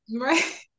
Right